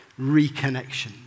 reconnection